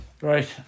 right